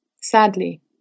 Sadly